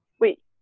wait